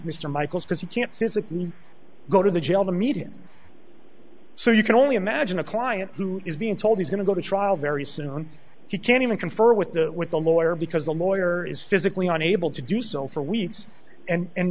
mr michaels because he can't physically go to the jail the media so you can only imagine a client who is being told he's going to go to trial very soon he can't even confer with the with the lawyer because the lawyer is physically unable to do so for weeks and